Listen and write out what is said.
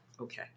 Okay